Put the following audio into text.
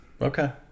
Okay